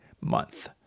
month